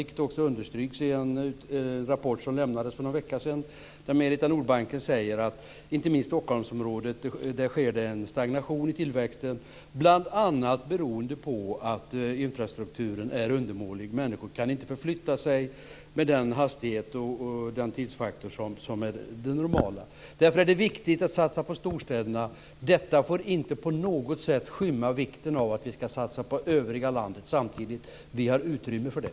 Detta understryks också i en rapport som lämnades för någon vecka sedan, där Merita Nordbanken säger att det inte minst i Stockholmsområdet sker en stagnation i tillväxten som bl.a. beror på att infrastrukturen är undermålig. Människor kan inte förflytta sig med den hastighet och den tidsfaktor som är det normala. Därför är det viktigt att satsa på storstäderna. Detta får dock inte på något sätt skymma vikten av att vi ska satsa på övriga landet samtidigt. Vi har utrymme för det.